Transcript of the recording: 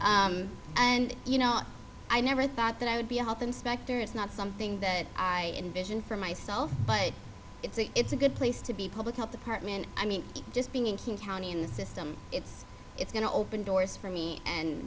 soon and you know i never thought that i would be a health inspector it's not something that i envision for myself but it's a it's a good place to be public health department i mean just being in king county in the system it's it's going to open doors for me and